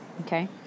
Okay